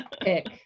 pick